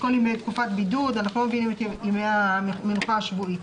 תקופת בידוד אנחנו לא מביאים את ימי המנוחה השבועית.